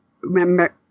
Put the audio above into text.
Remember